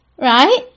right